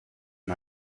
and